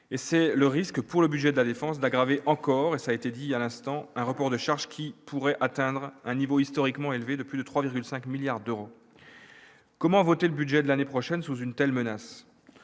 et c'est le risque pour le budget de la défense d'aggraver encore et ça a été dit à l'instant un report de charges qui pourraient atteindre un niveau historiquement élevé de plus de 3,5 milliards d'euros comment voter le budget de l'année prochaine sous une telle menace,